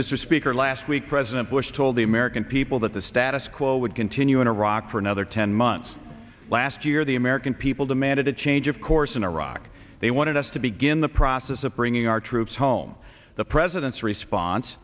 mr speaker last week president bush told the american people that the status quo would continue in iraq for another ten months last year the american people demanded a change of course in iraq they wanted us to begin the process of bringing our troops home the president's response